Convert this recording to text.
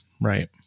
right